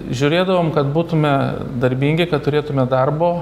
žiūrėdavom kad būtume darbingi kad turėtume darbo